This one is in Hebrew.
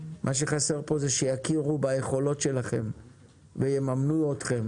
מה שחסר פה הוא שיכירו ביכולות שלכם ויממנו אתכם